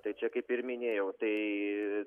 tai čia kaip ir minėjau tai